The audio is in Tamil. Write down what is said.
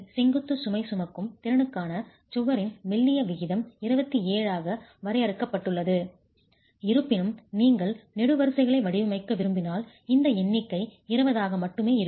செங்குத்து சுமை சுமக்கும் திறனுக்கான சுவரின் மெல்லிய விகிதம் 27 ஆக வரையறுக்கப்பட்டுள்ளது இருப்பினும் நீங்கள் நெடுவரிசைகளை வடிவமைக்க விரும்பினால் இந்த எண்ணிக்கை 20 ஆக மட்டுமே இருக்கும்